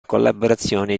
collaborazione